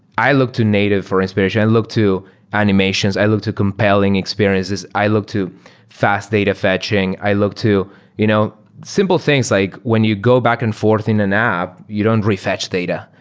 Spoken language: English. i look to native for his inspiration. i look to animations. i look to compelling experiences. i look to fast data fetching. i look to you know simple things, like when you go back and forth in an app, you don't re fetch data,